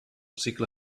cicle